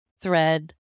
thread